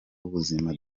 w’ubuzima